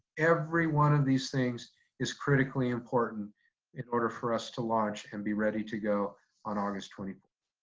every one of these things is critically important in order for us to launch and be ready to go on august twenty fourth.